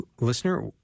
listener